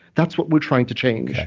that's what we're trying to change yeah